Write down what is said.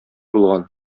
булган